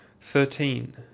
thirteen